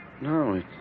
No